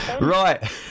Right